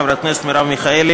חברת הכנסת מרב מיכאלי,